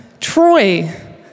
Troy